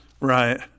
Right